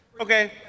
Okay